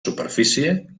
superfície